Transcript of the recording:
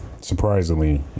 surprisingly